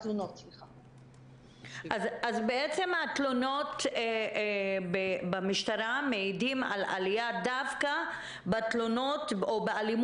אז בעצם התלונות במשטרה מעידות על עלייה דווקא באלימות